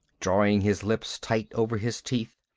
drawing his lips tight over his teeth,